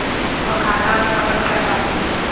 मोर खाता मे कतक पैसा हे?